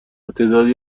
تعدادی